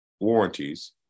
warranties